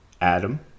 Adam